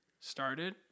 started